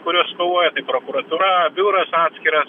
kurios kovoja tai prokuratūra biuras atskiras